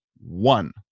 one